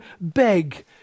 beg